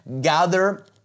gather